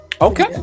okay